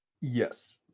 Yes